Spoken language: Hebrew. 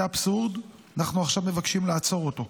זה אבסורד, ואנחנו עכשיו מנסים לעצור אותו.